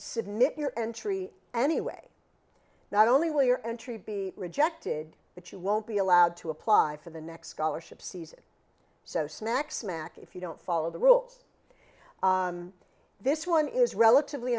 submit your entry anyway not only will your entry be rejected but you won't be allowed to apply for the next scholarship season so smack smack if you don't follow the rules this one is relatively